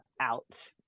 out